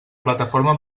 plataforma